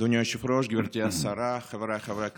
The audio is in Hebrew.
אדוני היושב-ראש, גברתי השרה, חבריי חברי הכנסת,